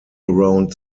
around